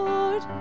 Lord